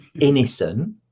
innocent